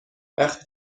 وقتی